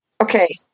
Okay